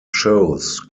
shows